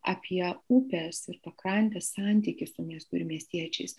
apie upės ir pakrantės santykį su miestu ir miestiečiais